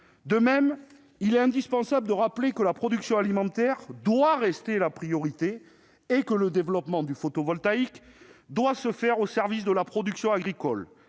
De même, il est indispensable de rappeler que la production alimentaire doit rester la priorité et que le développement du photovoltaïque doit se faire au service de la production agricole.